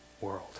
world